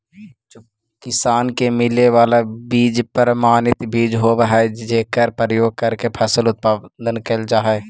किसान के मिले वाला बीज प्रमाणित बीज होवऽ हइ जेकर प्रयोग करके फसल उत्पादन कैल जा हइ